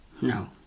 No